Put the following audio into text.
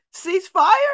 ceasefire